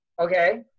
okay